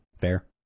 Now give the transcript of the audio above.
Fair